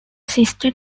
sister